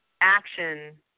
action